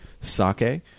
sake